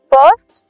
First